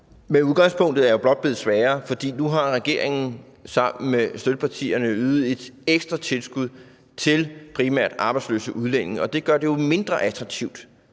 Men udgangspunktet er jo blot blevet sværere. For nu har regeringen sammen med støttepartierne ydet et ekstra tilskud til primært arbejdsløse udlændinge, og det gør det jo mindre attraktivt